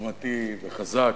עוצמתי וחזק.